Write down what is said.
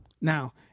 Now